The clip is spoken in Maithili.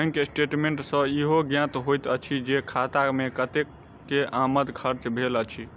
बैंक स्टेटमेंट सॅ ईहो ज्ञात होइत अछि जे खाता मे कतेक के आमद खर्च भेल अछि